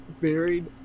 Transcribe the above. varied